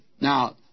Now